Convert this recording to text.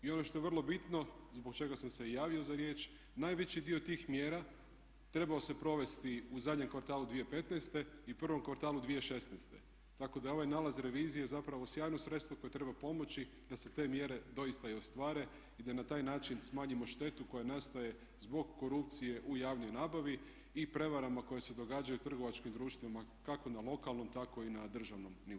I ono što je vrlo bitno zbog čega sam se i javio za riječ, najveći dio tih mjera trebao se provesti u zadnjem kvartalu 2015. i prvom kvartalu 2016. tako da je ovaj nalaz revizije zapravo sjajno sredstvo koje treba pomoći da se te mjere doista i ostvare i da na taj način smanjimo štetu koja nastaje zbog korupcije u javnoj nabavi i prevarama koje se događaju, trgovačkim društvima kako na lokalnom, tako i na državnom nivou.